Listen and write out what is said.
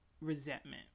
resentment